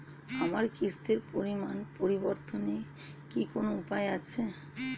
আমার কিস্তির পরিমাণ পরিবর্তনের কি কোনো উপায় আছে?